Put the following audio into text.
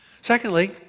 Secondly